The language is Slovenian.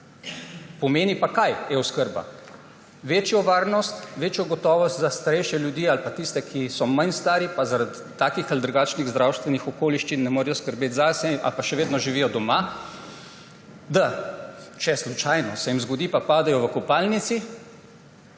pomeni e-oskrba? Večjo varnost, večjo gotovost za starejše ljudi ali pa tiste, ki so manj stari, pa zaradi takih ali drugačnih zdravstvenih okoliščin ne morejo skrbeti za sebe ali pa še vedno živijo doma, da če se jim slučajno zgodi pa padejo v kopalnici